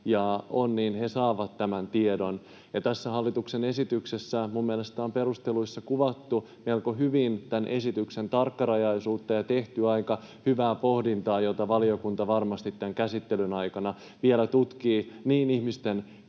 ja ovat kentällä, saavat tämän tiedon. Tässä hallituksen esityksessä on minun mielestäni perusteluissa kuvattu melko hyvin tämän esityksen tarkkarajaisuutta ja tehty aika hyvää pohdintaa, jota valiokunta varmasti tämän käsittelyn aikana vielä tutkii niin ihmisten